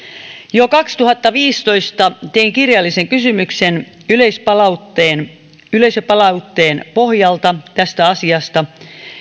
jo kaksituhattaviisitoista tein kirjallisen kysymyksen yleisöpalautteen yleisöpalautteen pohjalta tästä asiasta